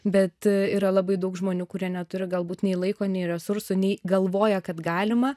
bet yra labai daug žmonių kurie neturi galbūt nei laiko nei resursų nei galvoja kad galima